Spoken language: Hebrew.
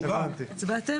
ההסתייגות?